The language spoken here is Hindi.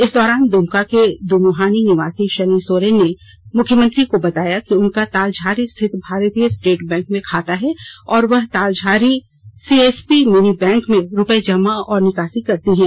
इस दौरान दुमका के दुमुहानी निवासी शनि सोरेन ने मुख्यमंत्री को बताया कि उनका तालझारी स्थित भारतीय स्टेट बैंक में खाता है और वह तालझारी सीएसपी मिनी बैंक में रुपए जमा और निकासी करती है